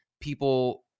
people